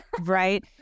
right